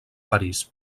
parís